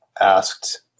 asked